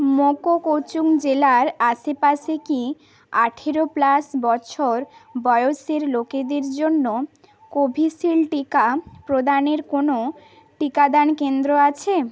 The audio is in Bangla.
মোকোকচুং জেলার আশেপাশে কি আঠেরো প্লাস বছর বয়সের লোকেদের জন্য কোভিশিল্ড টিকা প্রদানের কোনো টিকাদান কেন্দ্র আছে